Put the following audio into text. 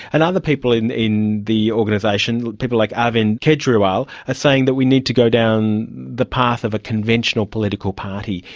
and other people in in the organisation, people like arvind kejriwal are saying that we need to go down the path of a conventional political party.